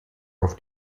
auf